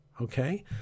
okay